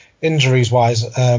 Injuries-wise